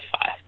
five